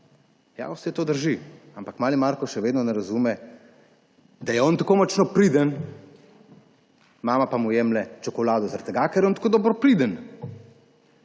Ja, vse to drži. Ampak mali Marko še vedno ne razume, da je on tako močno priden, mama pa mu jemlje čokolado, ker je on tako priden.